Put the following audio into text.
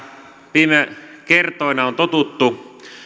viime kertoina on totuttu